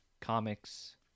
comics